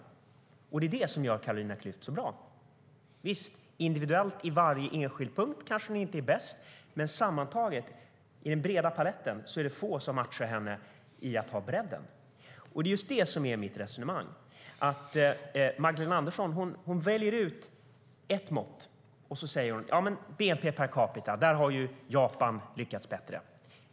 Det är det som gör Carolina Klüft så bra. Individuellt i varje enskild punkt kanske hon inte är bäst, men sammantaget, i den breda paletten, är det få som matchar henne i att ha bredden. Det är just det som är mitt resonemang. Magdalena Andersson väljer ut ett mått och säger: Beträffande bnp per capita har Japan lyckats bättre.